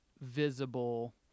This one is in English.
visible